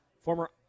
former